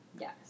Yes